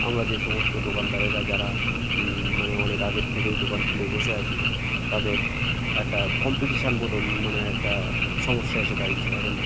আমরা যে সমস্ত দোকানদারেরা যারা মানে অনেক আগের থেকেই দোকান খুলে বসে আছি তাদের একটা কম্পিটিশান মতন মানে একটা সমস্যা এসে দাঁড়িয়েছে এখন